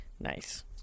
Nice